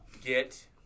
get